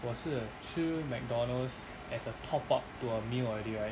我是吃 McDonald's as a top up to a meal already right